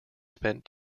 spent